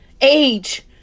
Age